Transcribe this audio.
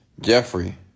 Jeffrey